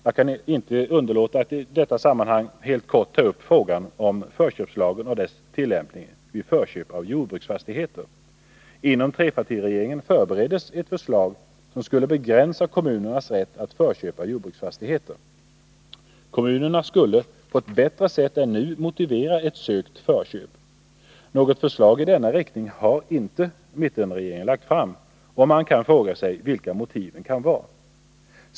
Jag kan inte underlåta att i detta sammanhang helt kort ta upp frågan om förköpslagen och dess tillämpning vid förköp av jordbruksfastigheter. Inom trepartiregeringen förbereddes ett förslag som skulle begränsa kommunernas rätt att förköpa jordbruksfastigheter. Kommunerna skulle på ett bättre sätt än nu motivera ett sökt förköp. Något förslag i denna riktning har inte mittenregeringen lagt fram, och man kan fråga sig vilka motiven kan vara.